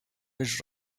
was